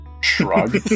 shrug